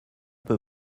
peu